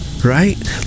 right